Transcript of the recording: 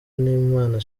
nahimana